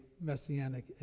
messianic